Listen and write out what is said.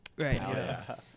Right